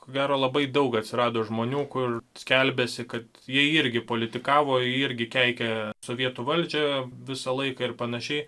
ko gero labai daug atsirado žmonių kur skelbiasi kad jie irgi politikavo irgi keikė sovietų valdžią visą laiką ir panašiai